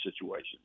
situation